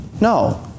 No